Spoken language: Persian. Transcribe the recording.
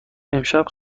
امشب